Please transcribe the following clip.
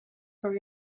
for